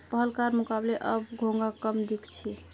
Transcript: पहलकार मुकबले अब घोंघा कम दख छि